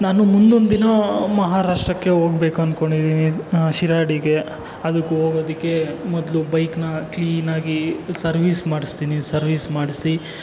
ನಾನು ಮುಂದೊಂದು ದಿನ ಮಹಾರಾಷ್ಟ್ರಕ್ಕೆ ಹೋಗಬೇಕು ಅಂದ್ಕೊಂಡಿದ್ದೀನಿ ಶಿರಡಿಗೆ ಅದಕ್ಕೆ ಹೋಗೋದಕ್ಕೆ ಮೊದಲು ಬೈಕ್ನ ಕ್ಲೀನಾಗಿ ಸರ್ವಿಸ್ ಮಾಡಿಸ್ತೀನಿ ಸರ್ವಿಸ್ ಮಾಡಿಸಿ